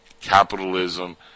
capitalism